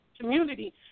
community